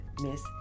miss